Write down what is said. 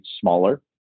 smaller